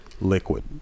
liquid